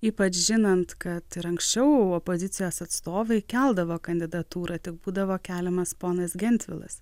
ypač žinant kad ir anksčiau opozicijos atstovai keldavo kandidatūrą tik būdavo keliamas ponas gentvilas